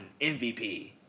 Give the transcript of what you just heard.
MVP